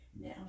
now